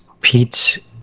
Pete